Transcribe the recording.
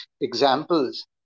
examples